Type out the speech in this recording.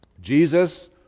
Jesus